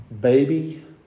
baby